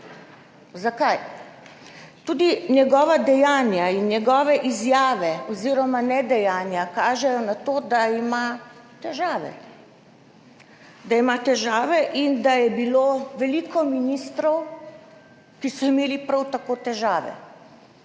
Zakaj? Tudi njegova dejanja in njegove izjave oz. ne-dejanja, kažejo na to, da ima težave. Da ima težave in da je bilo veliko ministrov, ki so imeli prav tako težave.